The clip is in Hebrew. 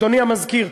אדוני המזכיר,